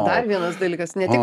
dar vienas dalykas ne tik